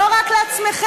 לא רק לעצמכם.